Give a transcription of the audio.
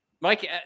Mike